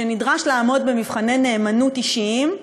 שנדרש לעמוד במבחני נאמנות אישיים,